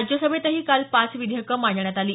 राज्यसभेतही काल पाच विधेयकं मांडण्यात आली